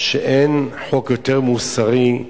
שאין חוק יותר מוסרי,